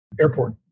airport